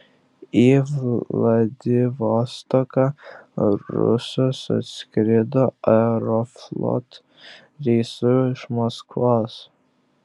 į vladivostoką rusas atskrido aeroflot reisu iš maskvos